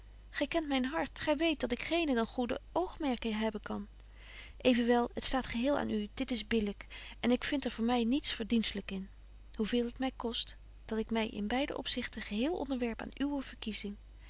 gy kent myn hart gy weet dat ik geene dan goede oogmerken hebben kan evenwel het staat geheel aan u dit is billyk en ik vind er voor my niets verdienstlyk in betje wolff en aagje deken historie van mejuffrouw sara burgerhart hoe veel het my kost dat ik my in beide opzichten geheel onderwerp aan uwe verkiezing